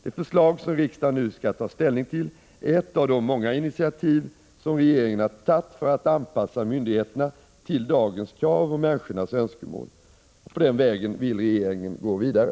Det förslag som riksdagen nu skall ta ställning till är ett av de många initiativ som regeringen har tagit för att anpassa myndigheterna till dagens krav och människornas önskemål. På den vägen vill regeringen gå vidare.